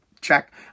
check